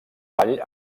vall